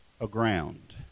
aground